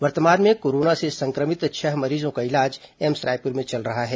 वर्तमान में कोरोना से संक्रमित छह मरीजों का इलाज एम्स रायपुर में चल रहा है